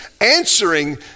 answering